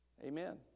Amen